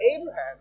Abraham